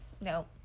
No